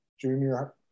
junior